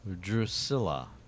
Drusilla